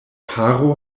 paro